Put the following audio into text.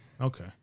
Okay